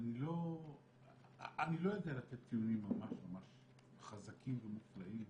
לא יודע לתת טיעונים חזקים ומופלאים